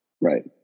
right